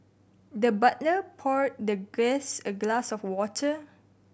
the butler poured the guest a glass of water